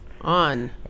on